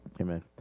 amen